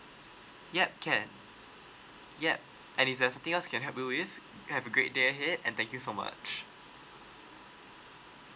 yup can yup and is there anything can help you with have a great day ahead and thank you so much